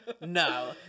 No